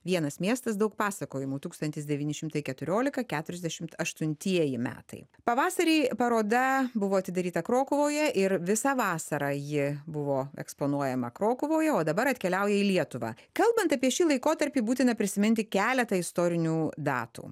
vienas miestas daug pasakojimų tūkstantis devyni šimtai keturiolika keturiasdešimt aštuntieji metai pavasarį paroda buvo atidaryta krokuvoje ir visą vasarą ji buvo eksponuojama krokuvoje o dabar atkeliauja į lietuvą kalbant apie šį laikotarpį būtina prisiminti keletą istorinių datų